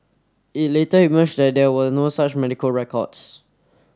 it later emerged that there were no such medical records